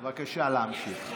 בבקשה, להמשיך.